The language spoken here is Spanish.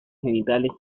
genitales